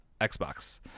Xbox